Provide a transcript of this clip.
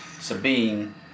Sabine